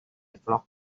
flock